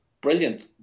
brilliant